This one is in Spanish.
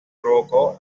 provocó